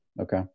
okay